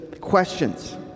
questions